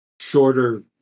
shorter